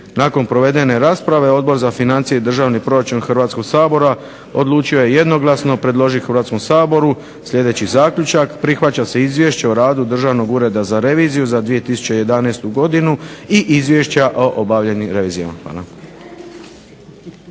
Nakon provedene rasprave Odbor za financije i državni proračun Hrvatskog sabora odlučio je jednoglasno predložiti Hrvatskom saboru sljedeći zaključak: Prihvaća se Izvješće o radu Državnog ureda za reviziju za 2011. godinu i izvješća o obavljenim revizijama.